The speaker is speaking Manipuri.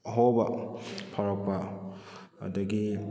ꯑꯍꯣꯕ ꯐꯥꯎꯔꯛꯄ ꯑꯗꯨꯗꯒꯤ